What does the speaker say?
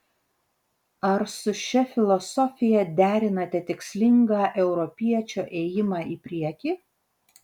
ar su šia filosofija derinate tikslingą europiečio ėjimą į priekį